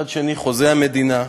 מצד שני חוזה המדינה,